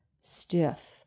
stiff